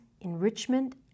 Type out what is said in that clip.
enrichment